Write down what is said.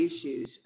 issues